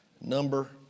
Number